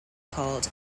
called